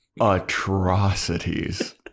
Atrocities